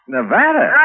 Nevada